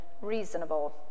reasonable